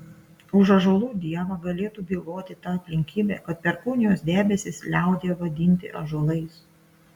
už ąžuolų dievą galėtų byloti ta aplinkybė kad perkūnijos debesys liaudyje vadinti ąžuolais